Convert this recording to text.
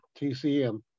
TCM